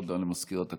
הודעה למזכירת הכנסת,